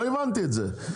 לא הבנתי את זה.